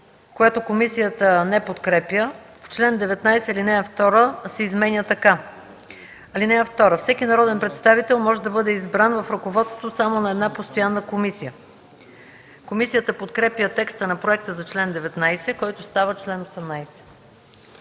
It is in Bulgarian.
което комисията не подкрепя: „Член 19, ал. 2 се изменя така: „(2) Всеки народен представител може да бъде избран в ръководството само на една постоянна комисия.” Комисията подкрепя текста на проекта за чл. 19, който става чл. 18.